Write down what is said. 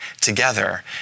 together